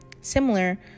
Similar